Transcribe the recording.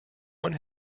one